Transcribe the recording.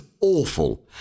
awful